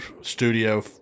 studio